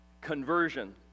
conversion